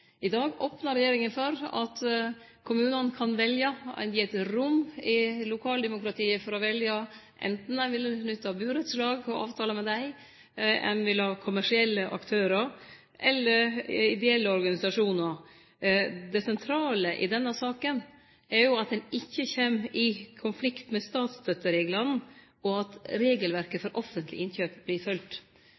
I dag opnar regjeringa for at kommunane kan velje – ein gir eit rom i lokaldemokratiet for å velje, anten ein vil nytte burettslag og avtalar med dei, eller ein vil ha kommersielle aktørar eller ideelle organisasjonar. Det sentrale i denne saka er at ein ikkje kjem i konflikt med statsstøttereglane, og at regelverket for offentlege innkjøp